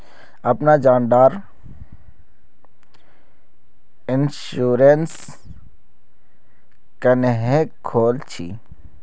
अपना जान डार इंश्योरेंस क्नेहे खोल छी?